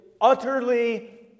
utterly